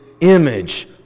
image